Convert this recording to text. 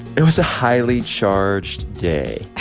it was a highly charged day